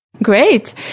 Great